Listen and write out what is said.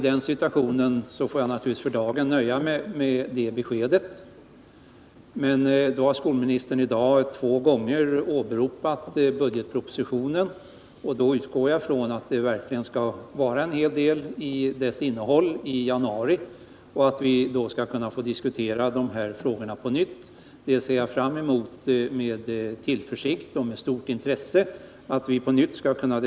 Jag får då nöja mig med det beskedet för dagen, men eftersom skolministern i dag har åberopat budgetpropositionen två gånger utgår jag från att den verkligen skall innehålla en del förslag som är aktuella i det här sammanhanget. Vi får då diskutera denna fråga på nytt. Det ser jag fram emot med tillförsikt och med stort intresse.